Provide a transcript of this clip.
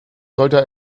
sollte